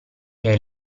ché